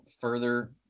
further